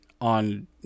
on